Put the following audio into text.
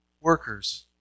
workers